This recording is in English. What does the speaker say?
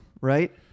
right